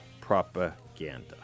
propaganda